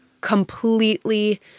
completely